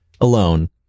alone